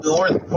North